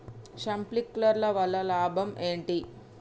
Sprinkler వల్ల లాభం ఏంటి?